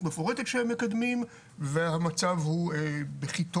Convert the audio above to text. מפורטת שהם מקדמים והמצב הוא בכי טוב,